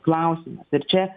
klausimas ir čia